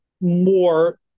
more